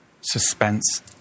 suspense